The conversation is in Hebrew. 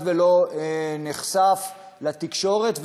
נחשף לתקשורת,